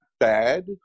bad